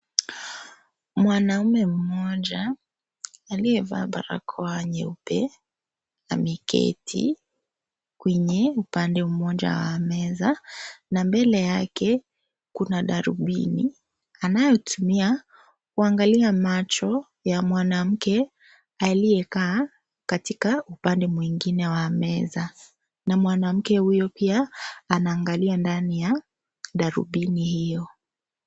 Mwanaume mmoja, aliyevaa barakoa nyeupe, ameketi kwenye upande mmoja wa meza na mbele yake kuna darubini, anayotumia kuangalia macho ya mwanamke, aliyekaa, katika upande mwingine wa meza na mwanamke huyo pia, anaangalia ndani ya darubini hiyo.